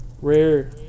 rare